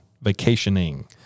vacationing